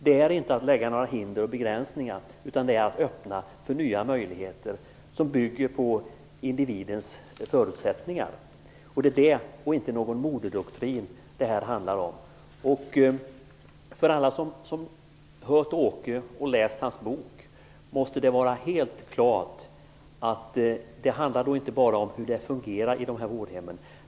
Det är inte fråga om att införa hinder och begränsningar, utan därigenom öppnar man för nya möjligheter som bygger på individens förutsättningar. Det är detta som det handlar om. Det är således ingen modedoktrin. För alla som har hört Åke berätta och läst hans bok måste det stå helt klart att det inte bara handlar om hur det fungerar på vårdhemmen.